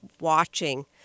watching